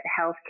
healthcare